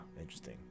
Interesting